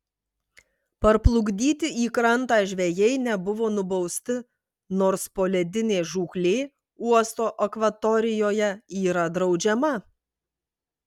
parplukdyti į krantą žvejai nebuvo nubausti nors poledinė žūklė uosto akvatorijoje yra draudžiama